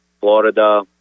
Florida